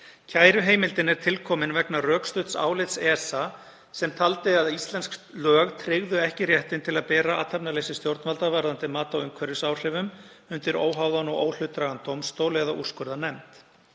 Kæruheimildin er til komin vegna rökstudds álits ESA sem taldi að íslensk lög tryggðu ekki réttinn til að bera athafnaleysi stjórnvalda varðandi mat á umhverfisáhrifum undir óháðan og óhlutdrægan dómstól eða úrskurðarnefnd.